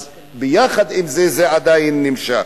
ויחד עם זה, זה עדיין נמשך.